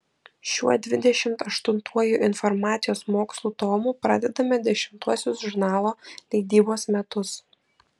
šiuo dvidešimt aštuntuoju informacijos mokslų tomu pradedame dešimtuosius žurnalo leidybos metus